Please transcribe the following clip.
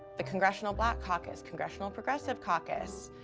the congressional black caucus, congressional progressive caucus,